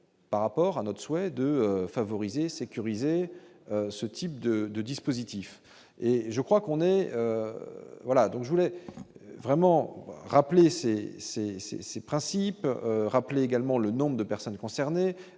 par rapport à notre souhait de favoriser sécuriser ce type de dispositif et je crois qu'on est, voilà, donc je voulais vraiment rappeler ces ces, ces, ces principes rappelés également le nombre de personnes concernées,